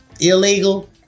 illegal